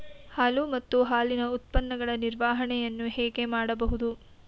ಹಾಲು ಮತ್ತು ಹಾಲಿನ ಉತ್ಪನ್ನಗಳ ನಿರ್ವಹಣೆಯನ್ನು ಹೇಗೆ ಮಾಡಬಹುದು?